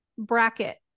Bracket